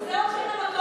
עם זה הולכים למכולת?